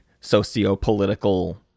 socio-political